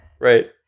right